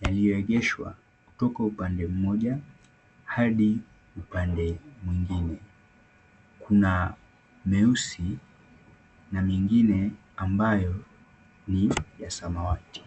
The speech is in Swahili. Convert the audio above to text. yaliyoegeshwa kutoka upande mmoja hadi upande mwingine. Kuna meusi na mengine ambayo ni ya samawati.